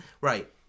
Right